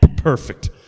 perfect